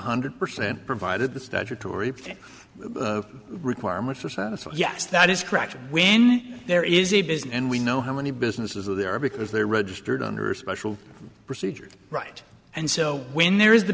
hundred percent provided the statutory fit requirement for santa so yes that is correct when there is a business and we know how many businesses there are because they registered under a special procedure right and so when there is